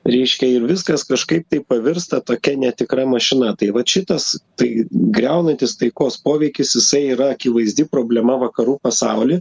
reiškia ir viskas kažkaip tai pavirsta tokia netikra mašina tai vat šitas tai griaunantis taikos poveikis jisai yra akivaizdi problema vakarų pasauly